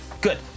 good